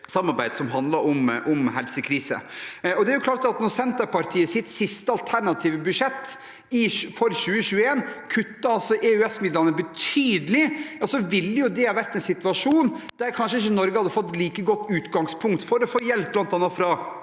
samarbeid som handler om helsekrise. Da Senterpartiet i sitt siste alternative budsjett for 2021 kuttet EØS-midlene betydelig, ville det vært en situasjon der Norge kanskje ikke hadde fått et like godt utgangspunkt for å få hjelp bl.a. fra